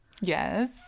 Yes